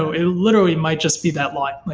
ah it literally might just be that line. like